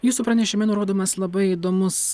jūsų pranešime nurodomas labai įdomus